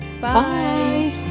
Bye